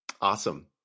Awesome